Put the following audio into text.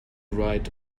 right